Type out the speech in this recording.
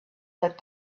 that